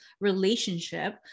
relationship